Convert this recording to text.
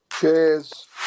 cheers